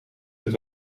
het